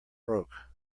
broke